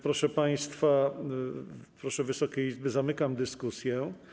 Proszę państwa, proszę Wysokiej Izby, zamykam dyskusję.